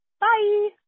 bye